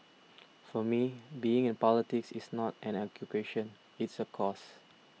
for me being in politics is not an occupation it's a cause